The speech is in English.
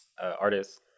artist